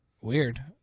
Weird